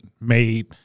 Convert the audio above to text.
made